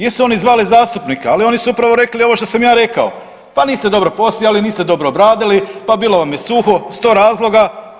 Jesu oni zvali zastupnika, ali oni su upravo rekli ono što sam ja rekao pa niste dobro posijali, niste dobro obradili, pa bilo vam je suho, sto razloga.